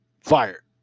Fire